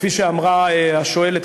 כפי שאמרה השואלת,